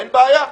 אין בעיה.